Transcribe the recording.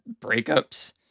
breakups